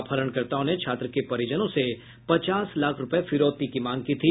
अपहरणकर्ताओं ने छात्र के परिजनों से पचास लाख रुपये फिरौती की मांग की थी